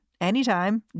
anytime